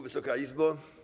Wysoka Izbo!